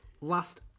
last